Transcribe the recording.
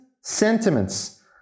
sentiments